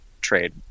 trade